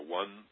one